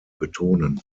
betonen